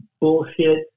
bullshit